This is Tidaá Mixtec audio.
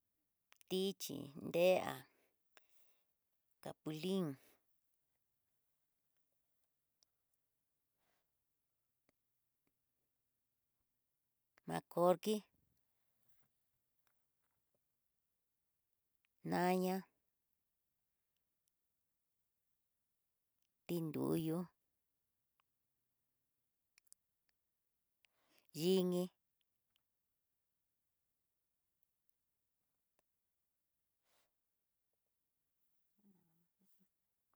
Tichí, nreá, capulin, markoki, naña, tinnduyu, yinni.